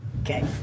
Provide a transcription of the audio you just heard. Okay